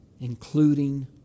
including